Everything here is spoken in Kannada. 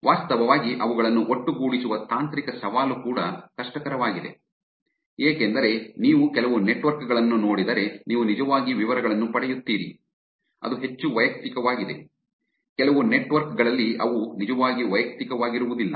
ವಾಸ್ತವವಾಗಿ ಅವುಗಳನ್ನು ಒಟ್ಟುಗೂಡಿಸುವ ತಾಂತ್ರಿಕ ಸವಾಲು ಕೂಡ ಕಷ್ಟಕರವಾಗಿದೆ ಏಕೆಂದರೆ ನೀವು ಕೆಲವು ನೆಟ್ವರ್ಕ್ ಗಳನ್ನು ನೋಡಿದರೆ ನೀವು ನಿಜವಾಗಿ ವಿವರಗಳನ್ನು ಪಡೆಯುತ್ತೀರಿ ಅದು ಹೆಚ್ಚು ವೈಯಕ್ತಿಕವಾಗಿದೆ ಕೆಲವು ನೆಟ್ವರ್ಕ್ ಗಳಲ್ಲಿ ಅವು ನಿಜವಾಗಿ ವೈಯಕ್ತಿಕವಾಗಿರುವುದಿಲ್ಲ